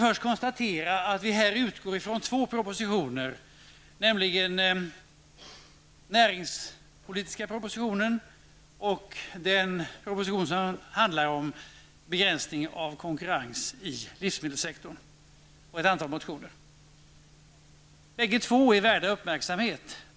Först konstaterar jag att vi i denna debatt har att utgå från två propositioner, nämligen regeringens näringspolitiska proposition och regeringens proposition som handlar om en begränsning av konkurrens inom livsmedelssektorn. Därtill kommer ett antal motioner. Bägge propositionerna är värda uppmärksamhet.